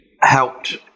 helped